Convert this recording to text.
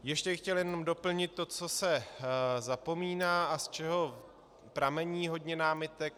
Ještě bych chtěl jenom doplnit to, co se zapomíná a z čeho pramení hodně námitek.